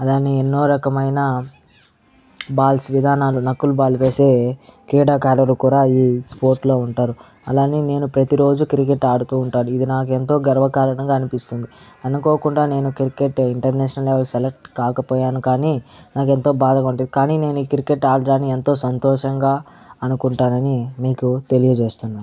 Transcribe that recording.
అలానే ఎన్నో రకమైన బాల్స్ విధానాలు నకుల్ బాల్ వేసే క్రీడాకారులు కూడా ఈ స్పోర్ట్ లో ఉంటారు అలానే నేను ప్రతిరోజు క్రికెట్ ఆడుతూ ఉంటాను ఇది నాకెంతో గర్వకారణంగా అనిపిస్తుంది అనుకోకుండా నేను క్రికెట్ ఇంటర్నేషనల్స్ సెలెక్ట్ కాకపోయాను కానీ నాకు ఎంతో బాధగా ఉంటది కానీ నేను ఈ క్రికెట్ ఆడడాన్ని ఎంతో సంతోషంగా అనుకుంటానని మీకు తెలియజేస్తున్నాను